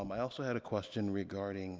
um i also had a question regarding